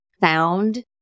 found